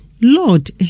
Lord